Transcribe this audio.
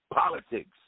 politics